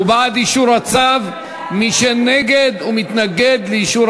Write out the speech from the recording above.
לקריאה שנייה ושלישית,